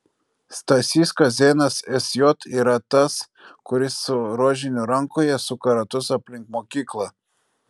stasys kazėnas sj yra tas kuris su rožiniu rankoje suka ratus aplink mokyklą